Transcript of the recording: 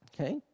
Okay